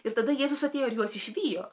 ir tada jėzus atėjo ir juos išvijo